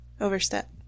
overstep